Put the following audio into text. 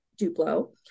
Duplo